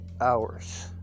hours